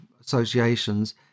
associations